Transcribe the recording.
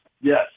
Yes